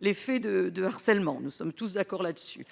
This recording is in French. l'effet de de harcèlement, nous sommes tous d'accord là-dessus